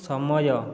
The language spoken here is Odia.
ସମୟ